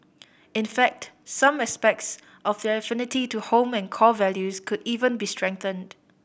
in fact some aspects of their affinity to home and core values could even be strengthened